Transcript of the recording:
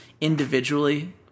individually